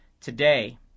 today